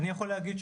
אני יכול להגיד,